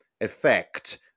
effect